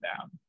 down